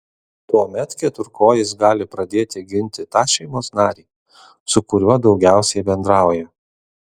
tuomet keturkojis gali pradėti ginti tą šeimos narį su kuriuo daugiausiai bendrauja